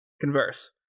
converse